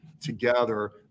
together